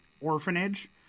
orphanage